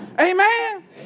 Amen